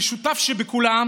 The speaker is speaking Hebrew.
המשותף שבכולם